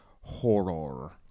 horror